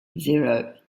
zero